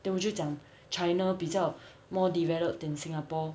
then 我就讲 china 比较 more developed than singapore